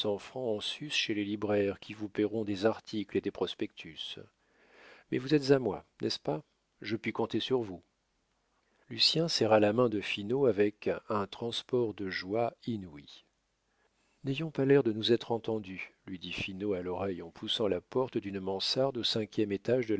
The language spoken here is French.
francs en sus chez les libraires qui vous payeront des articles et des prospectus mais vous êtes à moi n'est-ce pas je puis compter sur vous lucien serra la main de finot avec un transport de joie inouï n'ayons pas l'air de nous être entendus lui dit finot à l'oreille en poussant la porte d'une mansarde au cinquième étage